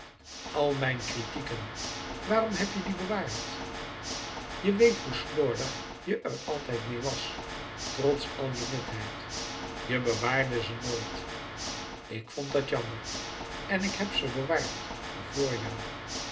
al mijn kritieken waarom heb je die bewaard je weet hoe slordig je er altijd meê was trots al je netheid je bewaarde ze nooit ik vond dat jammer en ik heb ze bewaard voor jou